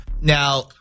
Now